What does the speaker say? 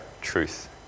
truth